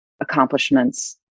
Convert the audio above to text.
accomplishments